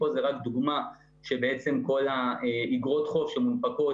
פה זה רק דוגמא שבעצם כל האגרות חוב שמונפקות